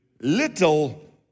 little